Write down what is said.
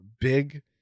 big